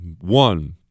One